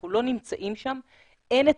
אנחנו לא נמצאים שם, אין את